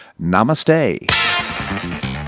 Namaste